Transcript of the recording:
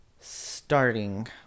starting